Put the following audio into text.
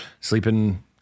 Sleeping